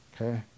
Okay